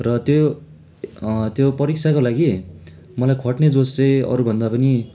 र त्यो त्यो परीक्षाको लागि मलाई खट्ने जोस चाहँ अरूभन्दा पनि